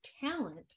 talent